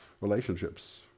relationships